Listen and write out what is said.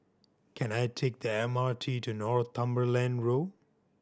can I take the M R T to Northumberland Road